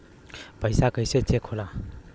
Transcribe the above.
पैसा कइसे चेक होला?